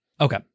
okay